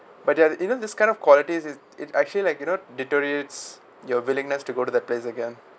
but there isn't this kind of qualities is it's actually like you know deteriorate your willingness to go to that place again